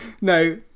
No